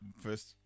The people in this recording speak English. first